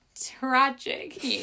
tragic